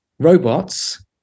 robots